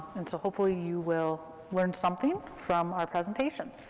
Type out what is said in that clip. and so hopefully you will learn something from our presentation,